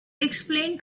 explain